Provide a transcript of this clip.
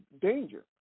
danger